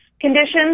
conditions